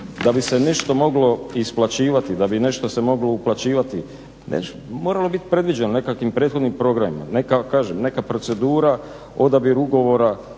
da bi se nešto moglo isplaćivati, da bi nešto se moglo uplaćivati moralo je biti predviđeno nekakvim prethodnim programima, kažem neka procedura, odabir ugovora,